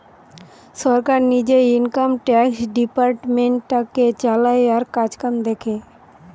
সরকার নিজে income tax ডিপার্টমেন্টটাকে চালায় আর কাজকাম দেখে